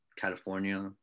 California